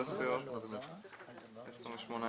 זה צריך להיות 28 במרס.